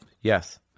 Yes